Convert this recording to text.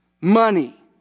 Money